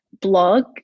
blog